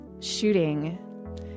shooting